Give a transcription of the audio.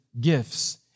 gifts